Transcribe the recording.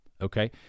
Okay